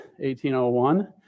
1801